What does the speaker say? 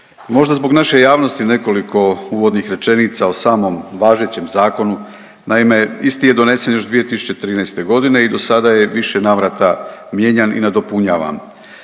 Možda zbog naše javnosti nekoliko uvodnih rečenica o samom važećem zakonu. Naime, isti je donesen još 2013.g. i do sada je više navrata mijenjan i nadopunjavan.